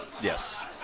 Yes